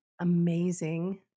amazing